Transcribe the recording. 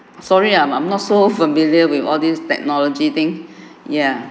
sorry ah I'm I'm not so familiar with all these technology thing ya